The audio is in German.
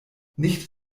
nicht